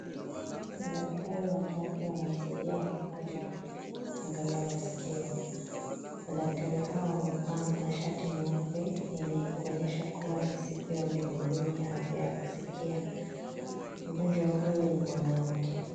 Madaktari watatu wanamsaidia mgonjwa kuangalia masikio. Madaktari hao wamevaa mashati meupe yenye kuonyesha kuwa, ni siku ya ulimwenguni ya afya ya kusikia. Mgonjwa wa huyo ni mwanamke.